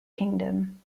kingdom